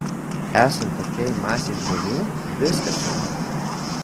esant tokiai masei žmonių viskas įmanoma